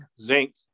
zinc